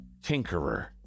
tinkerer